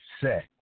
set